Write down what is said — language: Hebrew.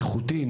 איכותי,